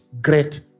great